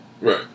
Right